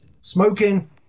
Smoking